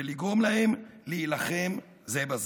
ולגרום להם להילחם זה בזה.